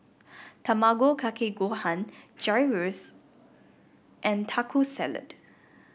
Tamago Kake Gohan Gyros and Taco Salad